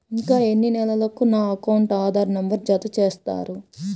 ఇంకా ఎన్ని నెలలక నా అకౌంట్కు ఆధార్ నంబర్ను జత చేస్తారు?